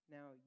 Now